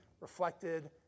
reflected